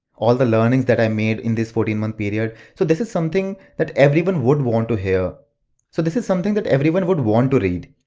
all the learnings that i made in this fourteen month period. so this is something that everyone would want to hear so this is something that everyone would want to read.